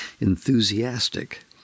enthusiastic